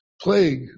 plague